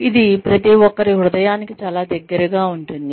ఇది ప్రతి ఒక్కరి హృదయానికి చాలా దగ్గరగా ఉంటుంది